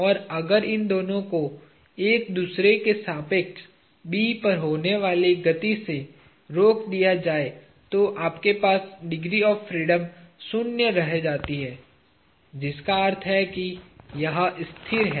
और अगर इन दोनों को एक दूसरे के सापेक्ष B पर होने वाली गति से रोक दिया जाए तो आपके पास डिग्री ऑफ़ फ्रीडम शून्य रह जाती है जिसका अर्थ है कि यह स्थिर है